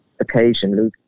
occasionally